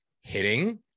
hitting